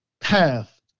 path